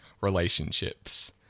relationships